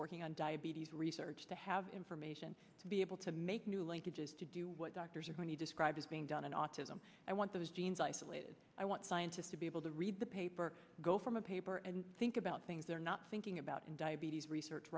working on diabetes research to have information to be able to make new linkages to do what doctors are going to describe as being done in autism i want those genes isolated i want scientists to be able to read the paper go from a paper and think about things they're not thinking about in diabetes research